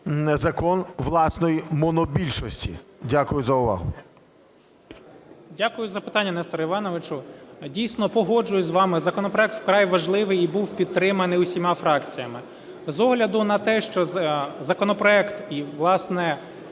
закон власної монобільшості. Дякую за увагу.